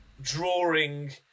drawing